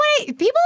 People